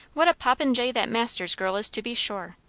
what a popinjay that masters girl is, to be sure!